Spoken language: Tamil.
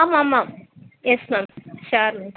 ஆமாம் ஆமாம் எஸ் மேம் ஷோர் மேம்